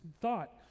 thought